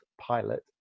pilot